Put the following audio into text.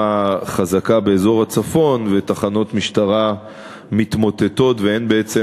חזקה באזור הצפון ותחנות משטרה מתמוטטות ואין בעצם